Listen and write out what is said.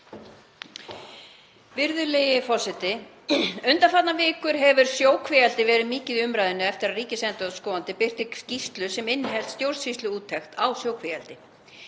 Virðulegi forseti. Undanfarnar vikur hefur sjókvíaeldi verið mikið í umræðunni eftir að ríkisendurskoðandi birti skýrslu sem innihélt stjórnsýsluúttekt á sjókvíaeldi.